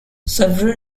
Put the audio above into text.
several